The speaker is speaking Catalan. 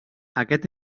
aquest